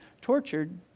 tortured